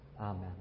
Amen